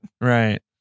right